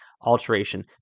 alteration